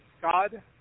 God